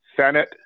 Senate